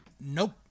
Nope